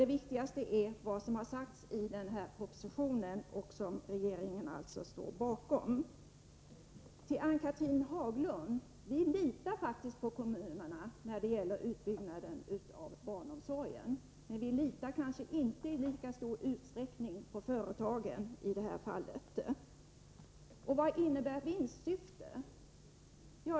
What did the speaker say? Det viktigaste är således vad regeringen säger i propositionen. Vi litar faktiskt på kommunerna, Ann-Cathrine Haglund, vad gäller utbyggnaden av barnomsorgen. Men vi litar kanske inte i lika stor utsträckning på företagen i detta fall. Vad innebär vinstsyfte?